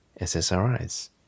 SSRIs